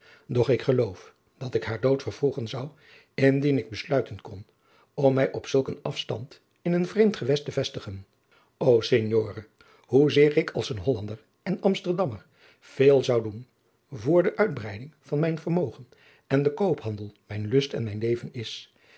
doch ik geloof dat ik haar dood vervroegen zou indien ik besluiten kon om mij op zulk een afstand in een vreemd gewest te vestigen o signore hoe zeer ik als een hollander en amsterdammer veel zou doen voorde uitbreiding van mijn vermogen en de koophandel mijn lust en mijn leven is